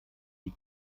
die